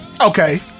Okay